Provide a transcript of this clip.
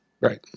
Right